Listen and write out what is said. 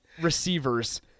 receivers